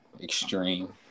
extreme